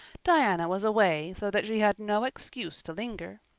diana was away so that she had no excuse to linger.